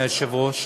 אדוני היושב-ראש,